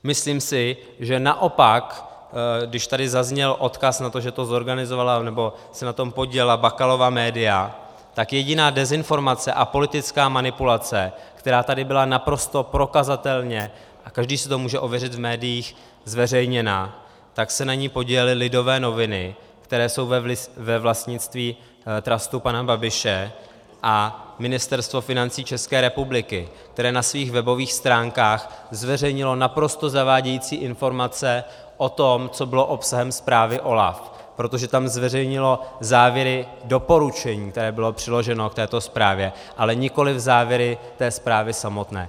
Myslím si, že naopak, když tady zazněl odkaz na to, že se na tom podílela Bakalova média, tak jediná dezinformace a politická manipulace, která tady byla naprosto prokazatelně a každý si to může ověřit v médiích zveřejněna, tak se na ní podílely Lidové noviny, které jsou ve vlastnictví trustu pana Babiše, a Ministerstvo financí České republiky, které na svých webových stránkách zveřejnilo naprosto zavádějící informace o tom, co bylo obsahem zprávy OLAF, protože tam zveřejnilo závěry doporučení, které bylo přiloženo k této zprávě, ale nikoliv závěry té zprávy samotné.